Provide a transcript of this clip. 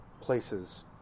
places